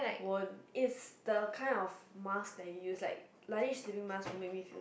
won't is the kind of mask that you use like Laneige sleeping mask make me feel that